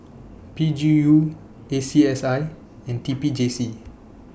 P G U A C S I and T P J C